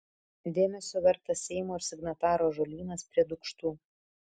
dėmesio vertas seimo ir signatarų ąžuolynas prie dūkštų